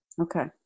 Okay